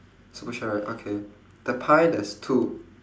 super shine okay the pie there's two